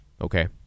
Okay